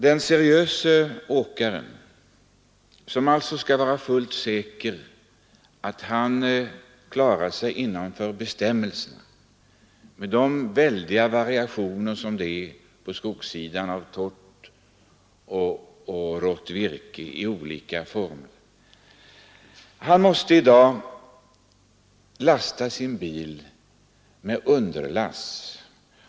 Den seriöse åkaren som vill vara fullt säker på att han håller sig inom ramen för bestämmelserna, med de väldiga variationer som det är på skogssidan när det gäller torrt och rått virke i olika former, måste i dag lasta sin bil med underlast.